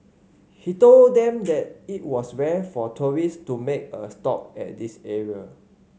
he told them that it was rare for tourist to make a stop at this area